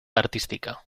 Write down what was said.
artística